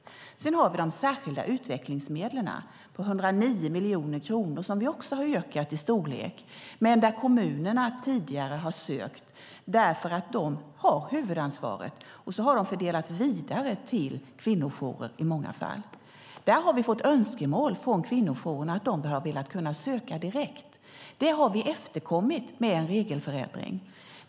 Därtill har vi de särskilda utvecklingsmedlen på 109 miljoner kronor som vi också har ökat i storlek. Dessa har kommunerna tidigare sökt därför att de har huvudansvaret. Sedan har de fördelat vidare, i många fall till kvinnojourer. Där har vi fått önskemål från kvinnojourerna om att de har velat kunna söka direkt. Det har vi efterkommit med en regelförändring.